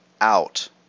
out